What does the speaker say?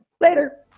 Later